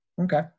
okay